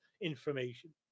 information